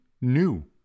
new